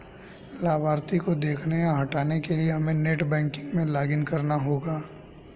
लाभार्थी को देखने या हटाने के लिए हमे नेट बैंकिंग में लॉगिन करना होगा